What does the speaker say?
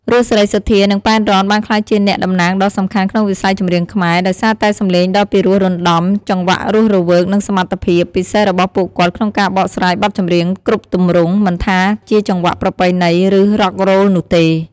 រស់ សេរីសុទ្ធា និង ប៉ែន រ៉ន បានក្លាយជាអ្នកតំណាងដ៏សំខាន់ក្នុងវិស័យចម្រៀងខ្មែរ ដោយសារតែសំឡេងដ៏ពីរោះរណ្ដំ ចង្វាក់រស់រវើក និងសមត្ថភាព ពិសេសរបស់ពួកគាត់ក្នុងការបកស្រាយបទចម្រៀងគ្រប់ទម្រង់ មិនថាតែជាចង្វាក់ប្រពៃណី ឬ Rock Roll នោះទេ។